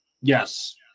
Yes